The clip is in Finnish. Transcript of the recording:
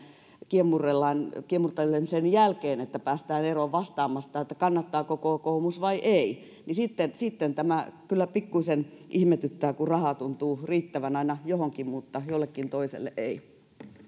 kiemurrellaan kiemurtelemisen jälkeen että päästään vastaamasta kannattaako kokoomus vai ei niin sitten sitten tämä kyllä pikkuisen ihmetyttää kun rahaa tuntuu riittävän aina johonkin mutta jollekin toiselle ei